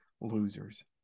losers